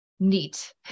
neat